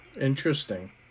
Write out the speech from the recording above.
interesting